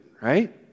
right